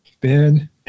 Ben